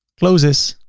close this,